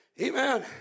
Amen